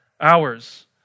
Hours